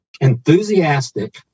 enthusiastic